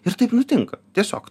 ir taip nutinka tiesiog